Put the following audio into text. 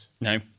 No